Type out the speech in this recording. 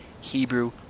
Hebrew